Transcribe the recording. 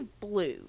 blue